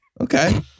Okay